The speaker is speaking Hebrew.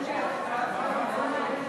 ההצעה להפוך